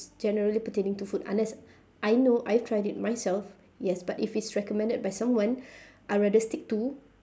generally pertaining to food unless I know I've tried it myself yes but if it's recommended by someone I would rather stick to